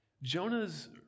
Jonah's